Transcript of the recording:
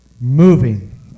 moving